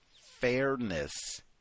Fairness